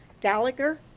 Gallagher